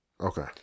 Okay